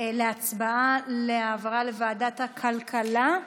הצבעה להעברה לוועדת הכלכלה.